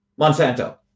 Monsanto